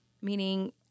Meaning